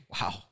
wow